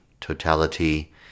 Totality